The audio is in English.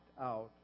out